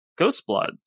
Ghostbloods